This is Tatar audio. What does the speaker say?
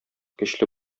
көчле